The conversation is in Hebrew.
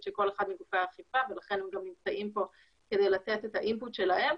של כל אחד מגופי האכיפה ולכן הם גם נמצאים פה כדי לתת את האינפוט שלהם,